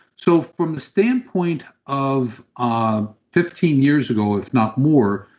so from the standpoint of um fifteen years ago, if not more,